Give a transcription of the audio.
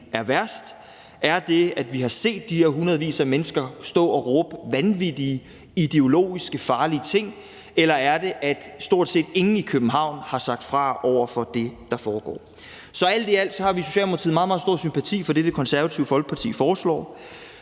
er værst: Er det, at vi har set de her hundredvis af mennesker stå og råbe vanvittige, ideologiske og farlige ting, eller er det, at stort set ingen i København har sagt fra over for det, der foregår? Så alt i alt har vi i Socialdemokratiet meget, meget stor sympati for det, som Det Konservative Folkeparti foreslår.